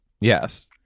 Yes